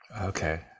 Okay